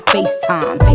FaceTime